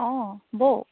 অ বৌ